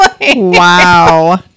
wow